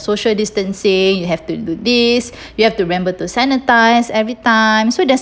social distancing you have to do this you have to remember to sanitize every time so just